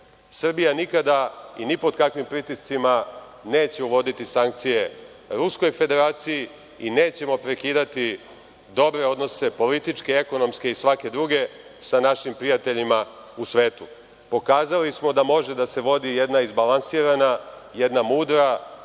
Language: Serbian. svetu. Srbija nikada i ni pod kakvim pritiscima neće uvodi sankcije Ruskoj federaciji i nećemo prekidati dobre odnose političke, ekonomske i svake druge sa našim prijateljima u svetu. Pokazali smo da može da se vodi jedna izbalansirana, jedna mudra,